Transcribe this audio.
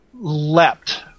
leapt